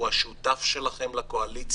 הוא השותף המרכזי שלכם לקואליציה,